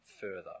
further